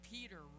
Peter